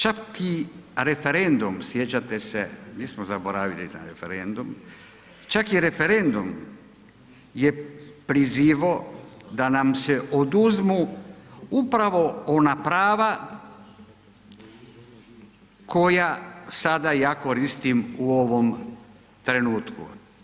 Čak i referendum, sjećate se, nismo zaboravili na referendum, čak i referendum je prizivao da nam se oduzmu upravo ona prava koja sada ja koristim u ovom trenutku.